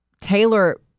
taylor